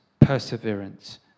Perseverance